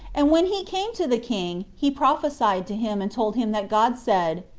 and when he came to the king, he prophesied to him and told him that god said,